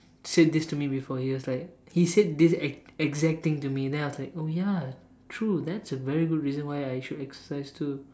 said this to me before he was like he said this exact thing to me then I was like oh ya true that's a very good reason why I should exercise too